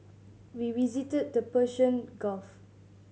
we visited the Persian Gulf